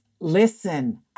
Listen